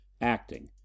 Acting